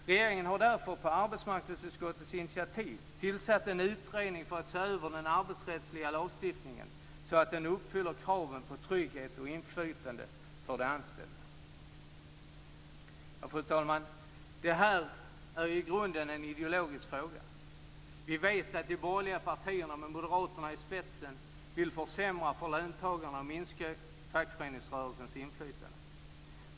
Regeringen har därför, på arbetsmarknadsutskottets initiativ, tillsatt en utredning för att se över den arbetsrättsliga lagstiftningen så att den uppfyller kraven på trygghet och inflytande för de anställda. Fru talman! Detta är i grunden en ideologisk fråga. Vi vet att de borgerliga partierna, med moderaterna i spetsen, vill försämra för löntagarna och minska fackföreningsrörelsens inflytande.